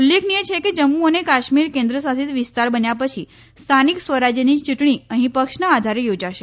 ઉલ્લેખનિય છે કે જમ્મુ અને કાશ્મીર કેન્દ્ર શાસિત વિસ્તાર બન્યા પછી સ્થાનિક સ્વરાજ્યની ચૂંટણી અહીં પક્ષના આધારે યોજાશે